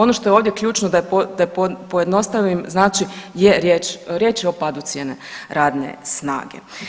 Ono što je ovdje ključno, da pojednostavim, znači je riječ, riječ je o padu cijene radne snage.